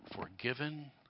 forgiven